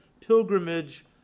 pilgrimage